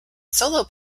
solo